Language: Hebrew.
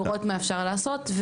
לראות מה אפשר לעשות.